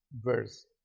verse